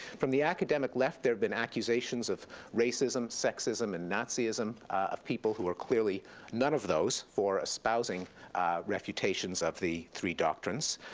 from the academic left, there have been accusations of racism, sexism, and nazism of people, who are clearly none of those, for espousing refutations of the three doctrines.